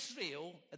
Israel